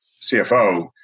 CFO